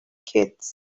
kids